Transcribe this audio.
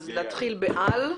להתחיל ב'על',